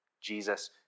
Jesus